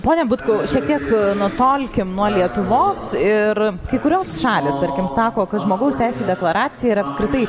pone butkau šiek tiek nutolkim nuo lietuvos ir kai kurios šalys tarkim sako kad žmogaus teisių deklaracija yra apskritai